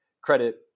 credit